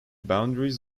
boundaries